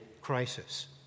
crisis